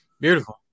Beautiful